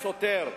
שוטר,